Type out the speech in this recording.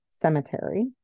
cemetery